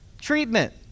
treatment